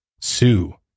sue